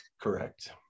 Correct